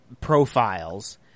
profiles